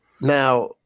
Now